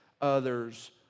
others